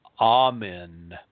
Amen